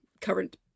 current